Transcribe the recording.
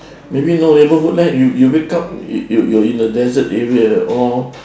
maybe no neighbourhood leh you you wake up you're you in the desert area or